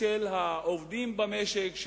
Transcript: של העובדים במשק,